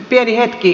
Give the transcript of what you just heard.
pieni hetki